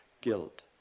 guilt